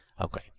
okay